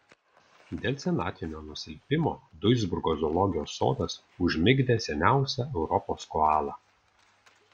dėl senatvinio nusilpimo duisburgo zoologijos sodas užmigdė seniausią europos koalą